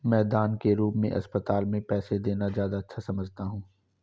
मैं दान के रूप में अस्पताल में पैसे देना ज्यादा अच्छा समझता हूँ